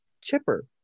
chipper